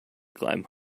climb